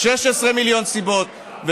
15 מיליון סיבות.